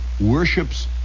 worships